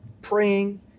praying